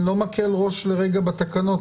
אני לא מקל ראש לרגע בתקנות,